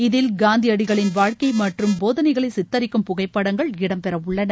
இதில் காந்தியடிகளின் வாழ்க்கை மற்றும் போதனைகளை சித்தரிக்கும் புகைப்படங்கள் இடம்பெறவுள்ளன